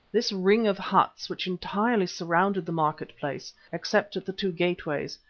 this ring of huts, which entirely surrounded the market-place except at the two gateways,